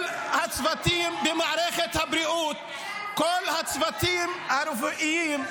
כל הצוותים במערכת הבריאות ------ כל הצוותים הרפואיים,